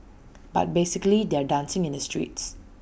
but basically they're dancing in the streets